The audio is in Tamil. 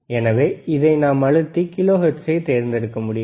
எனவே இதை நாம் அழுத்தி கிலோஹெர்ட்ஸை தேர்ந்தெடுக்க முடியும்